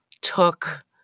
took